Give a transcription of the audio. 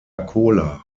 cola